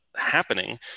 happening